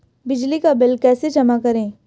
बिजली का बिल कैसे जमा करें?